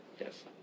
Yes